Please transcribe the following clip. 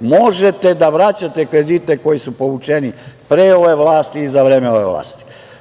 možete da vraćate kredite koji su povučeni pre ove vlasti i za vreme ove vlasti. Pre